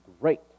great